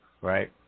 right